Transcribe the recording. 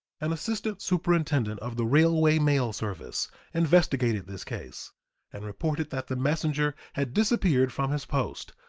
an assistant superintendent of the railway mail service investigated this case and reported that the messenger had disappeared from his post,